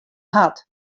hat